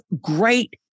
great